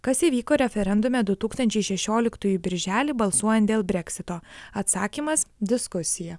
kas įvyko referendume du tūkstančiai šešioliktųjų birželį balsuojant dėl breksito atsakymas diskusija